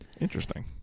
interesting